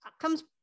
comes